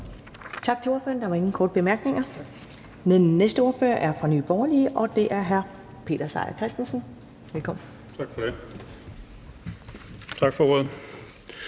Tak til ordføreren. Der var ingen korte bemærkninger. Den næste ordfører er fra Nye Borgerlige, og det er hr. Peter Seier Christensen. Velkommen. Kl. 14:50 (Ordfører)